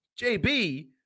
JB